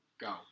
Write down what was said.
Go